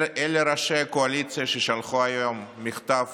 אלה ראשי הקואליציה ששלחו היום מכתב